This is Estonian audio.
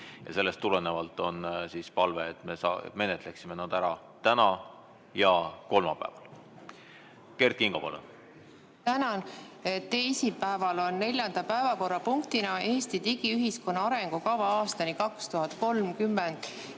Ja sellest tulenevalt on palve, et me menetleksime nad ära täna ja kolmapäeval. Kert Kingo, palun! Tänan! Teisipäeval on neljanda päevakorrapunktina kirjas "Eesti digiühiskonna arengukava aastani 2030".